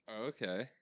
okay